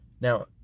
Now